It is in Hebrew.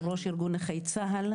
יושב ראש ארגון נכי צה"ל,